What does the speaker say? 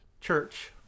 church